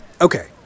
Okay